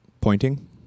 pointing